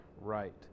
right